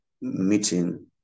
meeting